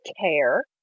care